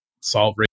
solve